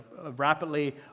rapidly